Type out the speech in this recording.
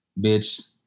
bitch